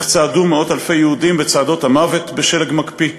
איך צעדו מאות אלפי יהודים בצעדות המוות בשלג מקפיא,